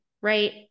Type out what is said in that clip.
right